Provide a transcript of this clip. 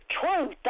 truth